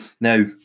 Now